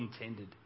intended